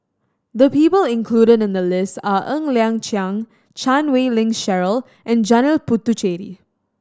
the people included in the list are Ng Liang Chiang Chan Wei Ling Cheryl and Janil Puthucheary